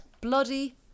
bloody